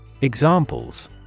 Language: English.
Examples